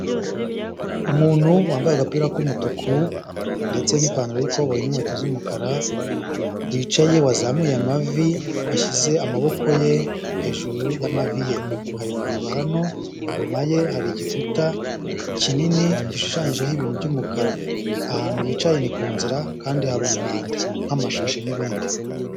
Umuntu wambaye agapira k'umutuku, ndetse n'ipantaro y'ikoboyi n'ininkweto z'umukara, wicaye wazamuye amavi washyize amaboko ye hejuru y'amavi ye, ari kureba hano, inyuma ye hari igikuta kinini gishushanyijeho ibintu by'umukara, ahantu yicaye ni ku nzira, kandi hari umwanda nk'amashashi n'ibindi.